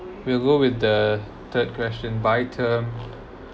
we'll go with the third question by term